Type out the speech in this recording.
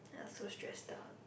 I was so stressed out